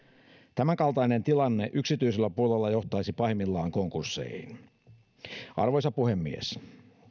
tämänkaltainen tilanne yksityisellä puolella johtaisi pahimmillaan konkursseihin arvoisa puhemies